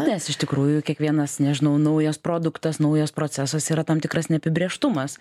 nes iš tikrųjų kiekvienas nežinau naujas produktas naujas procesas yra tam tikras neapibrėžtumas